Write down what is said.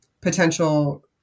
potential